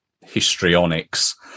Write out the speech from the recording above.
histrionics